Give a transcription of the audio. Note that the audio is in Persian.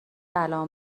الان